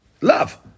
Love